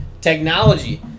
technology